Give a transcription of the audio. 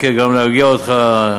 גם להרגיע אותך,